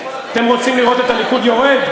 אתם רוצים לראות את הליכוד יורד?